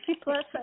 Plus